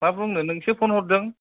मा बुंनो नोंसो फन हरदों